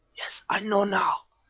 yes, i know now.